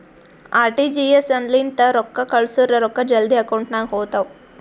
RTGS ಲಿಂತ ರೊಕ್ಕಾ ಕಳ್ಸುರ್ ರೊಕ್ಕಾ ಜಲ್ದಿ ಅಕೌಂಟ್ ನಾಗ್ ಹೋತಾವ್